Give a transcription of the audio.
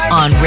on